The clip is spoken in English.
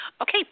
Okay